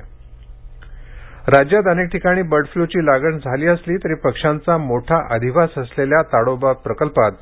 चंद्रपुर जिल्हा bird flu राज्यात अनेक ठिकाणी बर्ड फ्लूची लागण झाली असली तरी पक्षांचा मोठा अधिवास असलेल्या ताडोबा प्रकल्पात